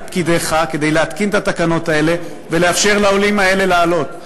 פקידיך כדי להתקין את התקנות האלה ולאפשר לעולים האלה לעלות.